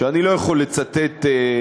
שאני לא יכול לצטט מתוכו,